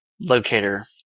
locator